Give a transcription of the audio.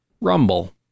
Rumble